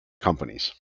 companies